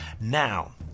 Now